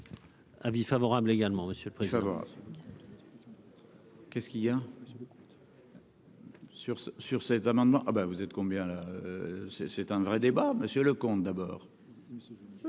Avis favorable également, monsieur le président.